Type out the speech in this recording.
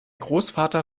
großvater